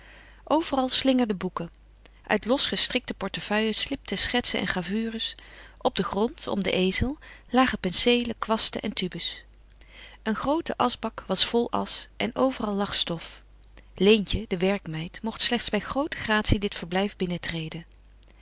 overal slingerden boeken uit losgestrikte portefeuilles slipten schetsen en gravures op den grond om den ezel lagen penseelen kwasten en tubes een groote aschbak was vol asch en overal lag stof leentje de werkmeid mocht slechts bij groote gratie dit verblijf